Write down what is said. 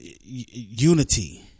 unity